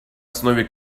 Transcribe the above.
основе